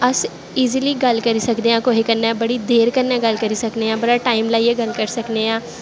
अस ईजली गल्ल करी सकदे आं कुसै कन्नै बड़ी देर कन्नै गल्ल करी सकने आं बड़ा टाइम लाइयै गल्ल करी सकने आं